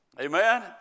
Amen